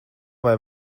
vai